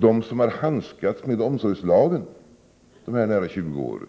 De som har handskats med omsorgslagen under dessa nära 20 år,